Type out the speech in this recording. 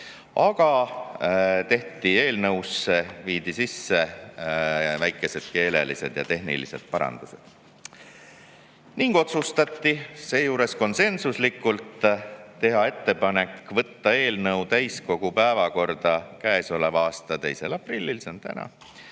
aga eelnõusse viidi sisse väikesed keelelised ja tehnilised parandused. Seejuures otsustati konsensuslikult teha ettepanek võtta eelnõu täiskogu päevakorda käesoleva aasta [3.] aprillil, see on täna,